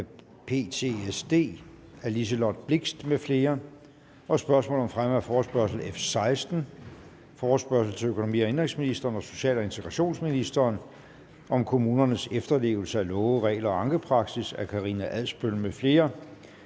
Sammen med dette punkt foretages: 2) Spørgsmål om fremme af forespørgsel nr. F 16: Forespørgsel til økonomi- og indenrigsministeren og social- og integrationsministeren om kommunernes efterlevelse af love, regler og ankepraksis. Af Karina Adsbøl (DF)